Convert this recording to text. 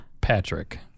Patrick